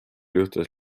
juhtus